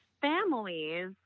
families